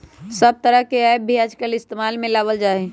सब तरह के ऐप भी आजकल इस्तेमाल में लावल जाहई